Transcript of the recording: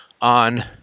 on—